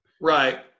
Right